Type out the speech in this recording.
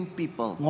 people